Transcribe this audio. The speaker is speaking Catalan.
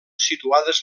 situades